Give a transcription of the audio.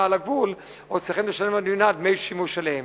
על הגבול עוד צריכים לשלם למדינה דמי שימוש עליהן.